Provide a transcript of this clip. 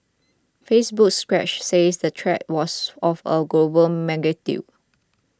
Facebook's Stretch said the threat was of a global magnitude